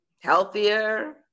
healthier